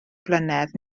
blynedd